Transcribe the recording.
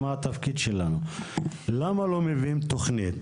יורי, למה לא מביאים תוכנית